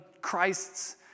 Christ's